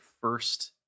first